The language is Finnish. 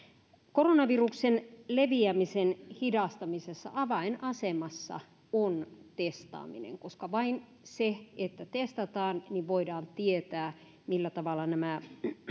koronaviruksen leviämisen hidastamisessa avainasemassa on testaaminen koska vain sillä että testataan voidaan tietää millä tavalla nämä